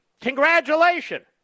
Congratulations